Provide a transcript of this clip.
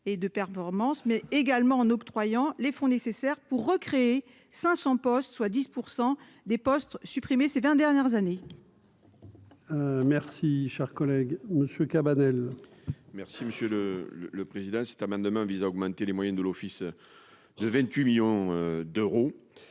et de performance mais également en octroyant les fonds nécessaires pour recréer 500 postes, soit 10 % des postes supprimés ces 20 dernières années. Merci, cher collègue Monsieur Cabanel. Merci monsieur le président, cet amendement vise à augmenter les moyens de l'Office de 28 millions d'euros,